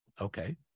Okay